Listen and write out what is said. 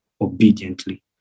obediently